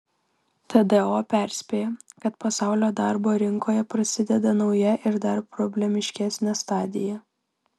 tdo perspėja kad pasaulio darbo rinkoje prasideda nauja ir dar problemiškesnė stadija